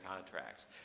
contracts